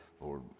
Lord